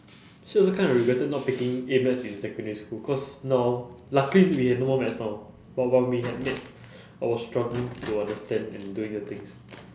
so also kind of regretted not taking A maths in secondary school cause now luckily we have no more maths now but while we had maths I was struggling to understand and doing the things